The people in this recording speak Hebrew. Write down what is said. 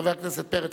חבר הכנסת פרץ,